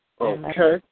Okay